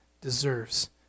deserves